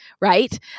right